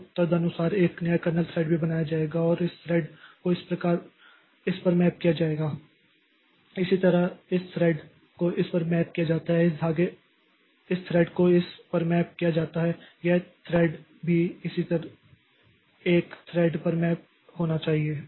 तो तदनुसार एक नया कर्नेल थ्रेड भी बनाया जाएगा और इस थ्रेड को इस पर मैप किया जाएगा इसी तरह इस थ्रेड को इस पर मैप किया जाता है इस थ्रेड को इस पर मैप किया जाता है यह थ्रेड भी इसी तरह एक और थ्रेड पर मैप होना चाहिए